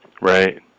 right